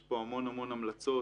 יש פה המון המון המלצות.